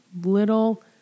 little